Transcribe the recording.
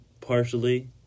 partially